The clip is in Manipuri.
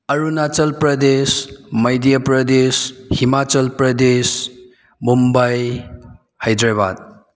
ꯑꯔꯨꯅꯥꯆꯜ ꯄ꯭ꯔꯗꯦꯁ ꯃꯩꯗ꯭ꯌꯥꯄ꯭ꯔꯗꯦꯁ ꯍꯤꯃꯥꯆꯜꯄ꯭ꯔꯗꯦꯁ ꯃꯨꯝꯕꯥꯏ ꯍꯩꯗ꯭ꯔꯕꯥꯠ